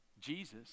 Jesus